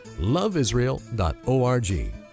loveisrael.org